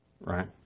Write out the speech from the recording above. right